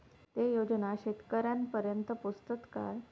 ते योजना शेतकऱ्यानपर्यंत पोचतत काय?